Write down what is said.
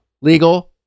legal